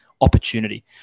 opportunity